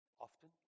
Often